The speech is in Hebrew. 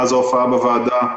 מאז ההופעה בוועדה,